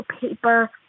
paper